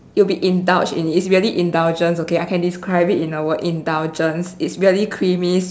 you'll be indulged in it's really indulgence okay I can describe it in a word indulgence it's really creamy